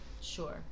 sure